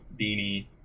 Beanie